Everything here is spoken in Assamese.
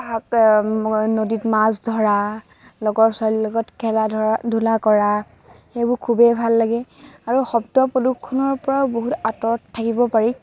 নদীত মাছ ধৰা লগৰ ছোৱালীৰ লগত খেলা ধৰা ধূলা কৰা সেইবোৰ খুবেই ভাল লাগে আৰু শব্দ প্ৰদূষণৰ পৰাও বহুত আঁতৰত থাকিব পাৰি